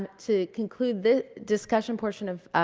to conclude the discussion portion of